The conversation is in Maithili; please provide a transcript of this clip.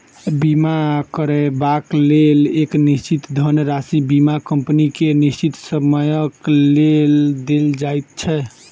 बीमा करयबाक लेल एक निश्चित धनराशि बीमा कम्पनी के निश्चित समयक लेल देल जाइत छै